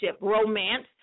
romance